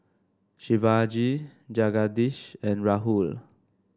Shivaji Jagadish and Rahul